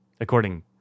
according